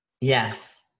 Yes